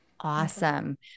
Awesome